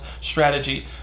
strategy